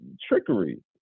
trickery